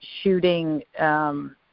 shooting